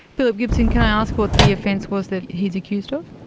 philip gibson, can i ask what the offence was that he's accused of?